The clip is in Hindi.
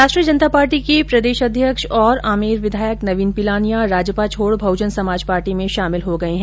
राष्ट्रीय जनता पार्टी के प्रदेशाध्यक्ष और आमेर विधायक नवीन पिलानिया राजपा छोड़ बहुजन समाज पार्टी में शामिल हो गए है